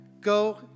Go